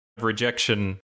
rejection